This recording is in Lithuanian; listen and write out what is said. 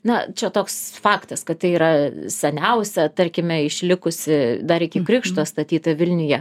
na čia toks faktas kad tai yra seniausia tarkime išlikusi dar iki krikšto statyta vilniuje